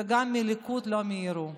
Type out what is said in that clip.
וגם מהליכוד לא מיהרו,